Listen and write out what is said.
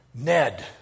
Ned